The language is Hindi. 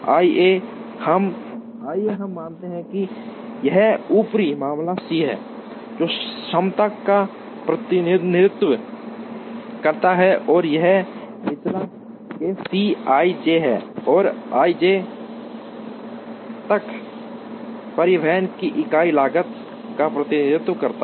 आइए हम मानते हैं कि यह ऊपरी मामला C है जो क्षमता का प्रतिनिधित्व करता है और यह निचला केस C ij है जो i से j तक परिवहन की इकाई लागत का प्रतिनिधित्व करता है